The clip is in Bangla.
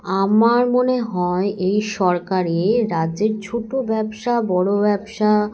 আমার মনে হয় এই সরকারে রাজ্যের ছোটো ব্যবসা বড়ো ব্যবসা